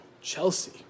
chelsea